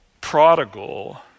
prodigal